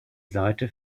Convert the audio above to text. seite